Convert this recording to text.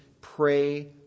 Pray